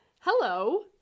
Hello